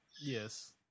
Yes